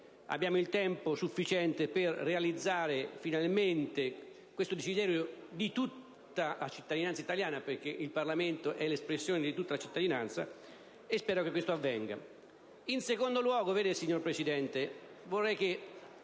abbiamo il tempo sufficiente per realizzare finalmente un desiderio di tutta la cittadinanza italiana - il Parlamento è l'espressione di tutta la cittadinanza - e spero quindi che ciò avvenga.